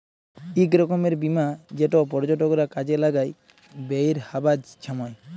ইক রকমের বীমা যেট পর্যটকরা কাজে লাগায় বেইরহাবার ছময়